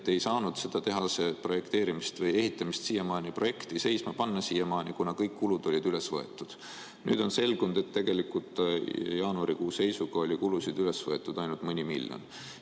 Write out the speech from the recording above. et ei saanud selle tehase projekteerimist või ehitamise projekti seisma panna, kuna kõik kulud olid üles võetud. Nüüd on selgunud, et tegelikult jaanuarikuu seisuga oli kulusid üles võetud ainult mõni miljon.